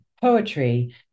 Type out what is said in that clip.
poetry